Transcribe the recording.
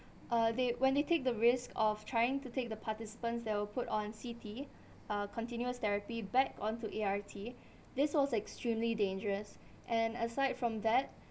uh they when they take the risk of trying to take the participants that were put on C_T uh continuous therapy back onto A_R_T this was extremely dangerous and aside from that